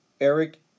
Eric